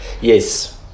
yes